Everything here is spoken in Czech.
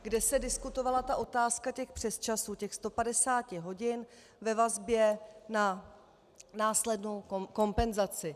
Kde se diskutovala otázka těch přesčasů, těch 150 hodin, ve vazbě na následnou kompenzaci.